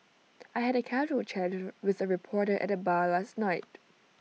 I had A casual chat with A reporter at the bar last night